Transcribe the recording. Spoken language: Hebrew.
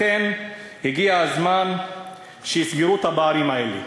הגיע הזמן שיסגרו את הפערים האלה.